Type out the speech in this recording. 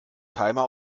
timer